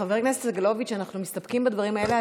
חבר הכנסת סגלוביץ', אנחנו מסתפקים בדברים האלה.